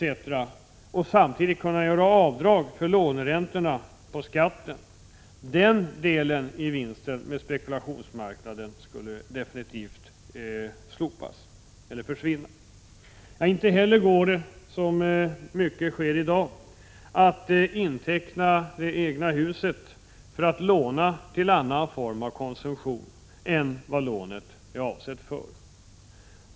samtidigt som avdrag kan göras för låneräntor på skatten. Den delen av vinsten på spekulationsmarknaden skulle definitivt försvinna. Det går inte heller, som ofta sker i dag, att inteckna det egna huset för att låna till annan konsumtion än vad lånet är avsett för.